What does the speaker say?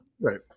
Right